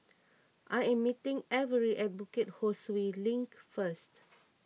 I am meeting Avery at Bukit Ho Swee Link first